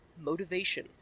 motivation